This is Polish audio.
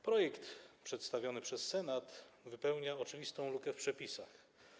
Projekt przedstawiony przez Senat wypełnia oczywistą lukę w przepisach.